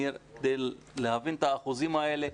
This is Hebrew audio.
כדי להבין את האחוזים האלה,